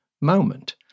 moment